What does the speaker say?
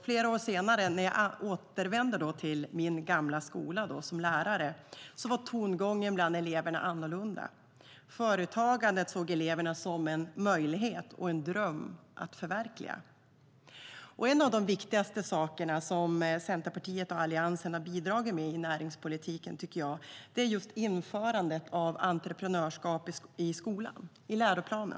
Flera år senare när jag återvände till min gamla skola som lärare var tongången bland eleverna annorlunda. Eleverna såg företagande som en möjlighet och en dröm att förverkliga. En av de viktigaste saker som Centerpartiet och Alliansen har bidragit med i näringspolitiken är just införandet av entreprenörskap i skolans läroplan.